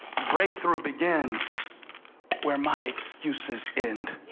breakthrough begins where my excuses end.